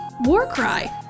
Warcry